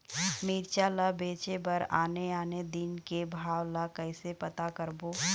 मिरचा ला बेचे बर आने आने दिन के भाव ला कइसे पता करबो?